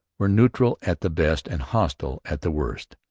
were neutral at the best and hostile at the worst.